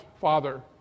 father